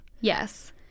Yes